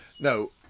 No